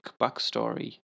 backstory